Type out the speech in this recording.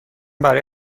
برای